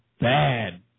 bad